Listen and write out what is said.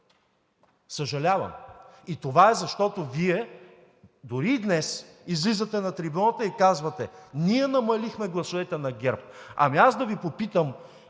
Съжалявам! И това е, защото Вие, дори и днес, излизате на трибуната и казвате: „Ние намалихме гласовете на ГЕРБ!“ Ами аз да Ви попитам: